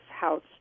house